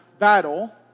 battle